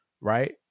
right